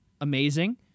Amazing